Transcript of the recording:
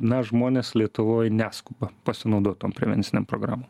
na žmonės lietuvoj neskuba pasinaudot tom prevencinėm programom